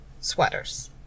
sweaters